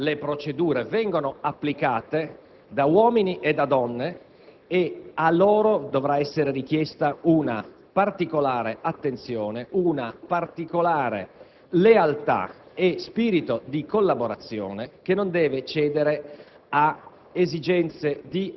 le leggi e le procedure vengono applicate da uomini e da donne e a loro dovrà essere richiesta una particolare attenzione, una particolare lealtà e spirito di collaborazione che non deve cedere a